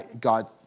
God